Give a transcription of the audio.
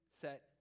set